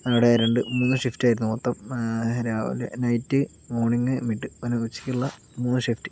അവിടെ രണ്ട് മൂന്ന് ഷിഫ്റ്റ് ആയിരുന്നു മൊത്തം രാവിലെ നൈറ്റ് മോണിംഗ് മിഡ് അങ്ങനെ ഉച്ചയ്ക്കുള്ള മൂന്ന് ഷിഫ്റ്റ്